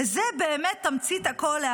וזה באמת תמצית הכול,